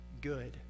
good